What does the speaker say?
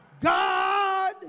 God